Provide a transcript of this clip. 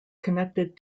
connected